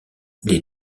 les